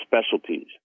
specialties